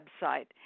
website